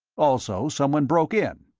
also, someone broke in?